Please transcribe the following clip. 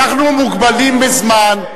אנחנו מוגבלים בזמן.